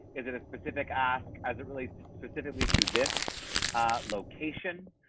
is it a specific asked as it relates specifically to this location.